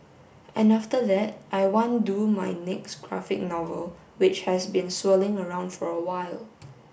and after that I want do my next graphic novel which has been swirling around for a while